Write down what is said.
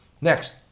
Next